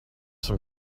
some